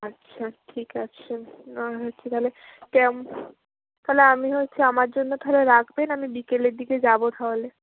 আচ্ছা ঠিক আছে আর হচ্ছে তাহলে কেম তাহলে আমি হচ্ছে আমার জন্য তাহলে রাখবেন আমি বিকেলের দিকে যাবো তাহলে